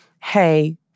hey—